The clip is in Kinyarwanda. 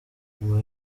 nyuma